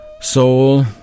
Soul